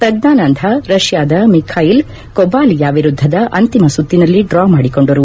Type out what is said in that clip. ಪ್ರಗ್ನಾನಂಧ ರಷ್ಯಾದ Mikhail Kobalia ವಿರುದ್ದದ ಅಂತಿಮ ಸುತ್ತಿನಲ್ಲಿ ಡ್ರಾ ಮಾಡಿಕೊಂಡರು